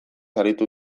aritu